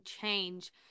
change